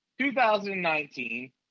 2019